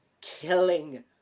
killing